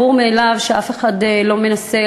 ברור מאליו שאף אחד לא מנסה